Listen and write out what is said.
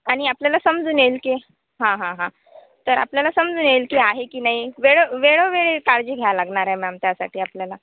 आणि आपल्याला समजून येईल की हां हां हां तर आपल्याला समजून येईल की आहे की नाही वेळो वेळोवेळी काळजी घ्या लागणारे मॅम त्यासाठी आपल्याला